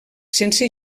sense